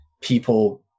people